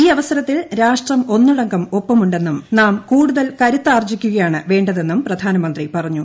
ഈ അവസരത്തിൽ രാഷ്ട്രം ഒന്നടങ്കം ഒപ്പമുണ്ടെന്നും നാം കൂടുതൽ കരുത്താർജ്ജി ക്കുകയാണ് വേണ്ടതെന്നും പ്രധാനമന്ത്രി പറഞ്ഞു